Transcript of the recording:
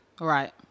Right